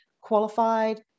qualified